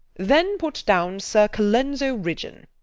then put down sir colenso ridgeon.